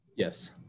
Yes